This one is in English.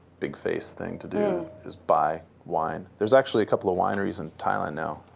big face thing to do, is buy wine. there's actually a couple of wineries in thailand now.